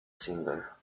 singer